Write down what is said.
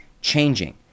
changing